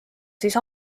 siis